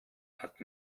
hat